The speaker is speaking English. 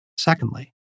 Secondly